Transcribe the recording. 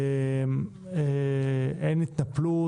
אין התנפלות.